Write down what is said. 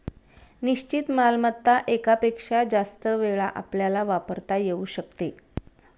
निश्चित मालमत्ता एकापेक्षा जास्त वेळा आपल्याला वापरता येऊ शकते